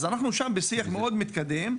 אנחנו שם בשיח מאוד מתקדם,